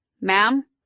Ma'am